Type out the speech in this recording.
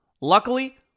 Luckily